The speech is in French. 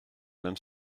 même